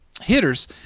hitters